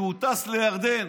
כשהוא טס לירדן,